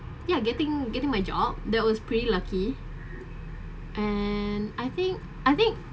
ya getting getting my job that was pretty lucky and I think I think